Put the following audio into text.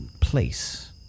place